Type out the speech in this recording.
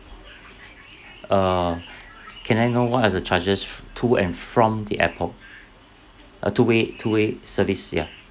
err can I know what are the charges f~ to and from the airport uh two way two way service ya